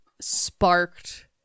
sparked-